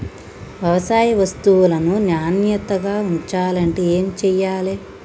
వ్యవసాయ వస్తువులను నాణ్యతగా ఉంచాలంటే ఏమి చెయ్యాలే?